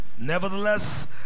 Nevertheless